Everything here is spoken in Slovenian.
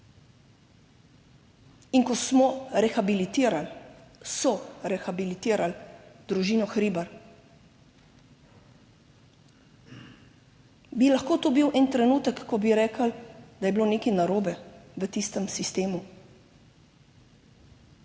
in ko smo rehabilitirali, so rehabilitirali družino Hribar, bi lahko to bil en trenutek, ko bi rekli, da je bilo nekaj narobe v tistem sistemu.